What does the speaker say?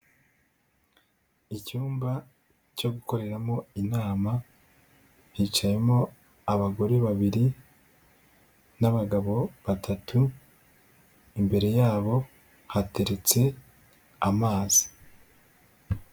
Icyumba cyo gukoreramo inama, hicayemo abagore babiri n'abagabo batatu, imbere yabo hateretse amazi.